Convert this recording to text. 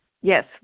Yes